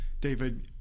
David